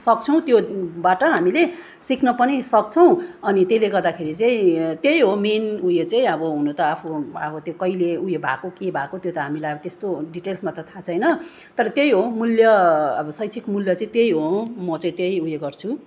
सक्छौँ त्यो बाट हामीले सिक्न पनि सक्छौँ अनि त्यसले गर्दाखेरि चाहिँ त्यही हो मेन उयो चाहिँ अब हुनु त आफू अब त्यो कहिले उयो भएको के भएको त्यो त हामीलाई अब त्यस्तो डिटेल्समा त थाहा छैन तर त्यही हो मूल्य अब शैक्षिक मूल्य चाहिँ त्यही हो म चाहिँ त्यही उयो गर्छु